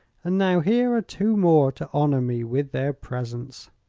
and now here are two more to honor me with their presence.